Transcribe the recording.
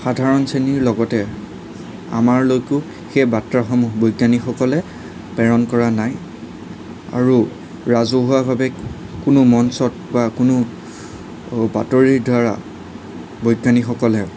সাধাৰণ শ্ৰেণীৰ লগতে আমাৰলৈকো সেই বাৰ্তাসমূহ বৈজ্ঞানিকসকলে প্ৰেৰণ কৰা নাই আৰু ৰাজহুৱাভাৱে কোনো মঞ্চত বা কোনো বাতৰিৰ দ্বাৰা বৈজ্ঞানিকসকলে